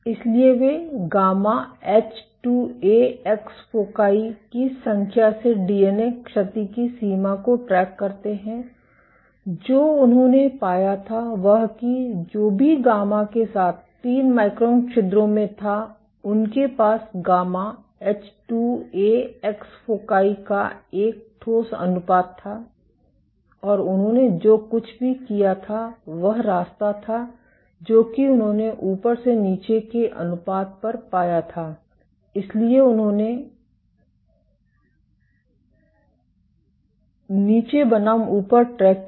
इसलिए वे gamma H2A X foci की संख्या से डीएनए क्षति की सीमा को ट्रैक करते हैं जो उन्होंने पाया था वह कि जो भी गामा के साथ 3 माइक्रोन छिद्रों में था उनके पास गामा एच2ए एक्स फ़ोकाई का एक ठोस अनुपात था और उन्होंने जो कुछ भी किया था वह रास्ता था जो कि उन्होनें ऊपर और नीचे के अनुपात पर पाया था इसलिए उन्होंने नीचे बनाम ऊपर ट्रैक किया